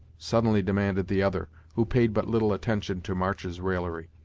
suddenly demanded the other, who paid but little attention to march's raillery.